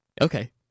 okay